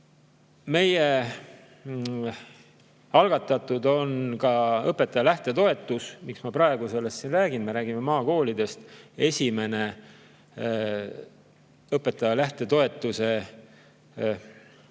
Meie algatatud on ka õpetaja lähtetoetus. Miks ma praegu sellest siin räägin? Me räägime maakoolidest. Esimene õpetaja lähtetoetuse põhimõte